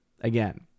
again